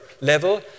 level